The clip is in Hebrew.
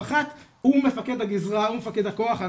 המח"ט הוא מפקד הגזרה, הוא מפקד הכוח.